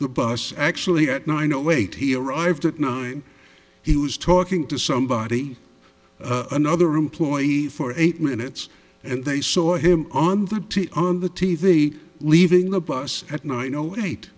the bus actually at nine o eight he arrived at nine he was talking to somebody another employee for eight minutes and they saw him on the t v leaving the bus at nine o eight